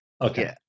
okay